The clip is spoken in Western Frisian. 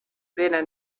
binne